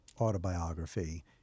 autobiography